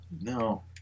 no